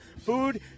food